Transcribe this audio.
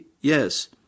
yes